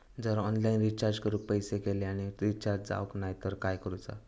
जर online recharge करून पैसे गेले आणि रिचार्ज जावक नाय तर काय करूचा?